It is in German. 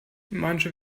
manche